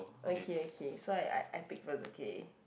okay okay so I I pick first okay